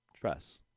Trust